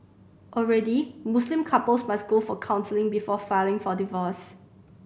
already Muslim couples must go for counselling before filing for divorce